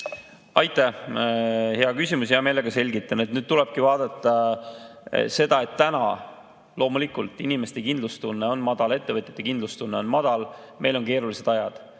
Aitäh! Hea küsimus. Hea meelega selgitan. Nüüd tuleb vaadata seda, et täna on loomulikult inimeste kindlustunne madal, ettevõtjate kindlustunne on madal, meil on keerulised ajad.